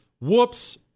whoops